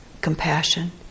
compassion